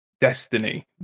Destiny